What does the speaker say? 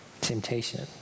temptation